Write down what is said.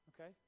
Okay